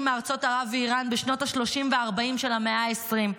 מארצות ערב ואיראן בשנות השלושים והארבעים של המאה העשרים,